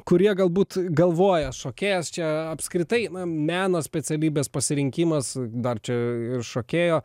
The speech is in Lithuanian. kurie galbūt galvoja šokėjas čia apskritai na meno specialybės pasirinkimas dar čia ir šokėjo